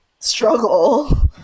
struggle